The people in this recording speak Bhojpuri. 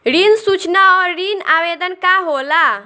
ऋण सूचना और ऋण आवेदन का होला?